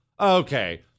okay